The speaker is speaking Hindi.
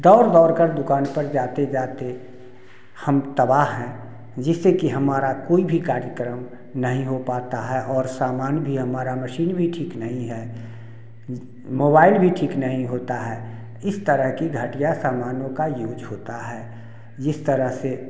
दौड़ दौड़कर दुकान पर जाते जाते हम तबाह है जिससे कि हमारा कोई भी कार्यक्रम नहीं हो पाता है और सामान भी हमारा मशीन भी ठीक नहीं है मोबाइल भी ठीक नहीं होता है इस तरह की घटिया समानों का यूज होता है जिस तरह से